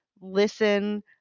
listen